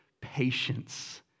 patience